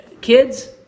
Kids